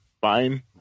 fine